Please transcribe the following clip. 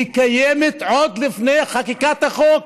קיימת עוד לפני חקיקת החוק,